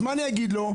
אז מה אני אגיד לו?